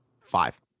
Five